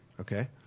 Okay